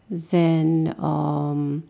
then um